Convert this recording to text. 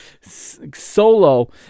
solo